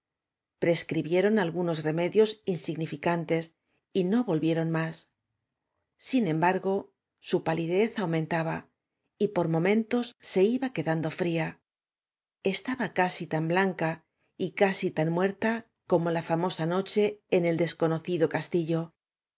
prescribieron al gunos remedios insignificantes y no volvieron más sin embargo su palidez aumentaba y por momentos se iba quedando fría estaba casi tan blanca y casi tan muerta como la famosa noche en el desconocido castillo